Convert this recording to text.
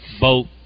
boat